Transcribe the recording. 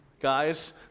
Guys